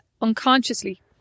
unconsciously